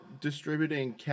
distributing